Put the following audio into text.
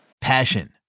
Passion